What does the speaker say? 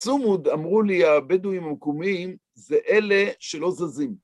צומוד, אמרו לי הבדואים המקומיים, זה אלה שלא זזים.